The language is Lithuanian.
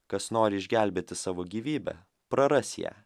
kas nori išgelbėti savo gyvybę praras ją